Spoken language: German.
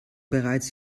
bereits